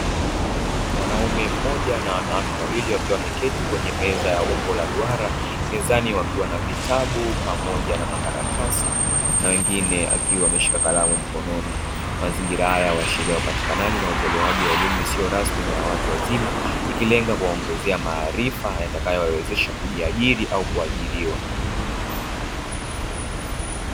Mwanaume mmoja na wanawake wawili wakiwa wameketi kwenye meza ya umbo la duara mezani wakiwa na vitabu pamoja na makaratasi na wengine akiwa ameshika kalamu mkononi. Mazingira haya huashiria upatikanaji na utolewaji wa elimu isiyo rasmi na ya watu wazima ikilenga kuwaongezea maarifa yatakayowawezesha kujiari au kuajiriwa.